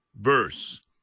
verse